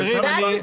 אורנה,